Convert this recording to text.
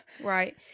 Right